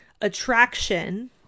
attraction